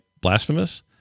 blasphemous